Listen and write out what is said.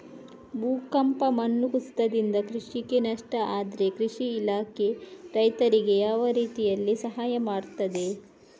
ಭೂಕಂಪ, ಮಣ್ಣು ಕುಸಿತದಿಂದ ಕೃಷಿಗೆ ನಷ್ಟ ಆದ್ರೆ ಕೃಷಿ ಇಲಾಖೆ ರೈತರಿಗೆ ಯಾವ ರೀತಿಯಲ್ಲಿ ಸಹಾಯ ಮಾಡ್ತದೆ?